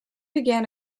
began